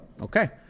Okay